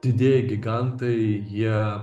didieji gigantai jie